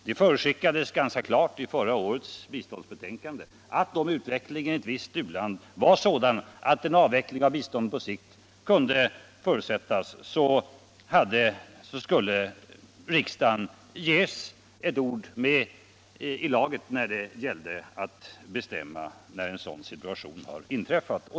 Det förutskickades ganska klart i förra årets biståndsbetänkande att om utvecklingen i ett visst u-land var sådan att en avveckling av biståndet på sikt kunde förutsättas, skulle riksdagen ges ett ord med i laget när det gäller att bestämma tidpunkten för detta.